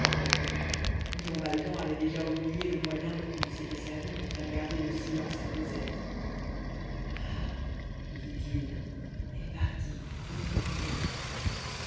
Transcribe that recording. jean valjean avait déjà oublié le moyen dont il s'était servi pour faire garder le silence à cosette ah dit-il elle est partie ne crains plus rien